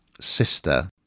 sister